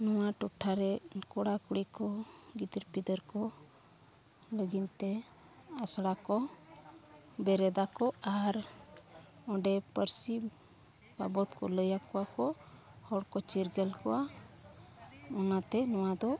ᱱᱚᱣᱟ ᱴᱚᱴᱷᱟ ᱨᱮ ᱠᱚᱲᱟᱼᱠᱩᱲᱤ ᱠᱚ ᱜᱤᱫᱟᱹᱨᱼᱯᱤᱫᱟᱹᱨ ᱠᱚ ᱞᱟᱹᱜᱤᱫ ᱛᱮ ᱟᱥᱲᱟ ᱠᱚ ᱵᱮᱨᱮᱫᱟ ᱠᱚ ᱟᱨ ᱚᱸᱰᱮ ᱯᱟᱹᱨᱥᱤ ᱵᱟᱵᱚᱫ ᱠᱚ ᱞᱟᱹᱭ ᱟᱠᱚᱣᱟ ᱠᱚ ᱦᱚᱲ ᱠᱚ ᱪᱤᱨᱜᱟᱹᱞ ᱠᱚᱣᱟ ᱚᱱᱟᱛᱮ ᱱᱚᱣᱟ ᱫᱚ